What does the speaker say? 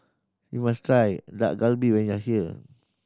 you must try Dak Galbi when you are here